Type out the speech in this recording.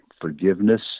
forgiveness